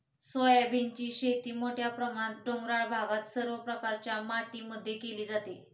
सोयाबीनची शेती मोठ्या प्रमाणात डोंगराळ भागात सर्व प्रकारच्या मातीमध्ये केली जाते